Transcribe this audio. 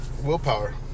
willpower